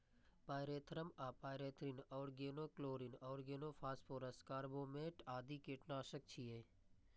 pyrethrum आ pyrethrin, organochlorine, organophosphorus, carbamate आदि कीटनाशक छियै